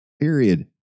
Period